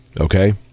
Okay